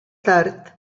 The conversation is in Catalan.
tard